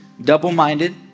double-minded